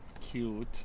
Cute